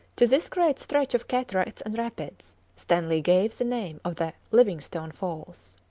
to this great stretch of cataracts and rapids stanley gave the name of the livingstone falls.